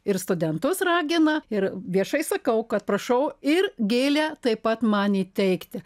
ir studentus ragina ir viešai sakau kad prašau ir gėlę taip pat man įteikti